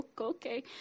okay